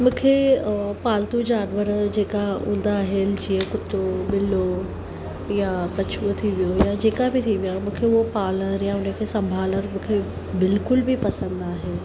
मूंखे पालतू जानवर जेका हूंदा आहिनि जीअं कुतो ॿिलो या कछुओ थी वियो या जेका बि थी विया मूंखे उहो पालण या हुनखे संभालनि मूंखे बिल्कुलु बि पसंदि नाहे